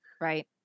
Right